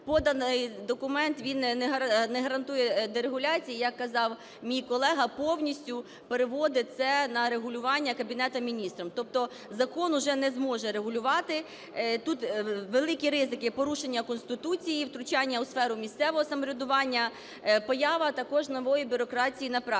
поданий документ він не гарантує дерегуляції, як казав мій колега, повністю переводить це на регулювання Кабінетом Міністрів. Тобто закон уже не зможе регулювати. Тут великі ризики порушення Конституції, втручання у сферу місцевого самоврядування, поява також нової бюрократії на практиці.